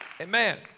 Amen